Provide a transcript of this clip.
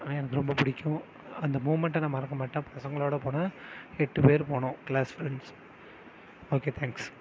ஆனால் எனக்கு ரொம்ப பிடிக்கும் அந்த மூமென்ட்டை நான் மறக்க மாட்டேன் பசங்களோட போனா எட்டு பேர் போனோம் கிளாஸ் ஃப்ரெண்ட்ஸ் ஓகே தேங்க்ஸ்